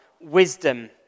wisdom